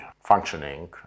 functioning